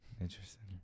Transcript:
Interesting